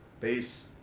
Peace